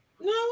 No